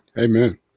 amen